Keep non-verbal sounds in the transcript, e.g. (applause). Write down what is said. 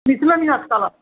(unintelligible)